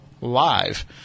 live